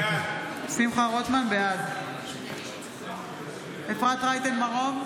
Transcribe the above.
בעד אפרת רייטן מרום,